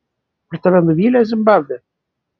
ar tave nuvylė zimbabvė